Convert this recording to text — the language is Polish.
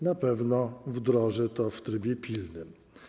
Na pewno wdroży to w trybie pilnym.